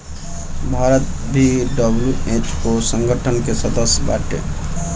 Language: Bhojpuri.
भारत भी डब्ल्यू.एच.ओ संगठन के सदस्य बाटे